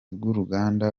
bw’uruganda